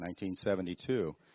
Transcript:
1972